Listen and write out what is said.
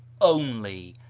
only,